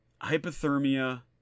hypothermia